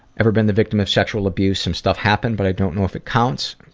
ever been the victim of sexual abuse? some stuff happened, but i don't know if it counts.